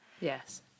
Yes